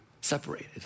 separated